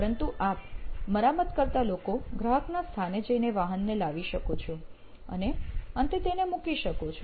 પરંતુ આપ મરામત કરતા લોકો ગ્રાહકના સ્થાને જઈને વાહનને લાવી શકો છો અને અંતે તેને મૂકી શકો છો